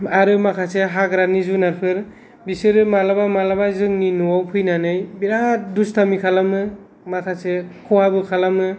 आरो माखासे हाग्रानि जुनारफोर बिसोरो माब्लाबा माब्लाबा जोंनि न'आव फैनानै बिराद दुस्थामि खालामो माखासे खहाबो खालामो